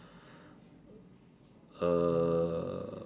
uh